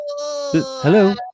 Hello